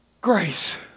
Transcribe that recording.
Grace